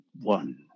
one